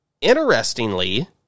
interestingly